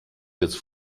jetzt